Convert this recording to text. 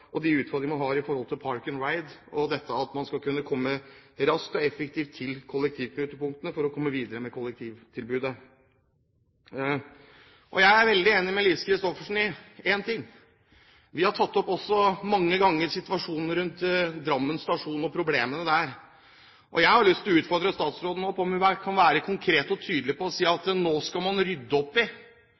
og de utfordringene man har når det gjelder «park and ride» og at man skal komme raskt og effektivt til kollektivknutepunktene, for å komme videre med kollektivtilbudet. Jeg er veldig enig med Lise Christoffersen i én ting. Vi har også mange ganger tatt opp situasjonen rundt Drammen stasjon og problemene der. Jeg har lyst til å utfordre statsråden på om hun kan være konkret og tydelig og si at nå skal man rydde opp i